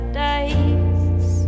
days